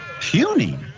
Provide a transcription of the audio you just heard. puny